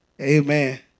Amen